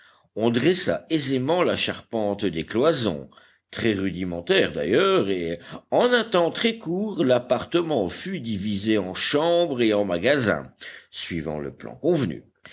on dressa aisément la charpente des cloisons très rudimentaire d'ailleurs et en un temps très court l'appartement fut divisé en chambres et en magasin suivant le plan convenu